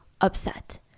upset